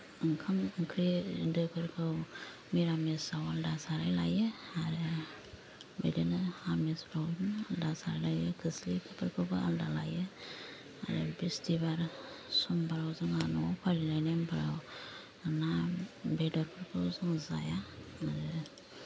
ओंखाम ओंख्रिफोरखौ निरामिसाव आलादा साराय लायो आरो बिदिनो आमिसफोरावबो खोर्स्लिफोरखौबो आलादा लायो आरो बिस्तिबार समबाराव जोंहा न'आव फालिनाय नियमफोराव ना बेदरफोरखौ जों जाया आरो